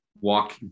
walk